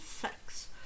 sex